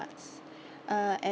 arts uh eh